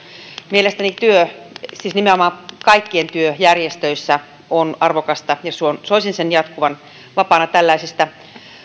mielestäni työ siis nimenomaan kaikkien työ järjestöissä on arvokasta ja soisin sen jatkuvan vapaana tällaisista